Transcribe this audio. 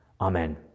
Amen